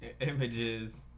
Images